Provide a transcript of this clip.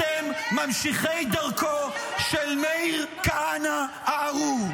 אתם ממשיכי דרכו של מאיר כהנא הארור.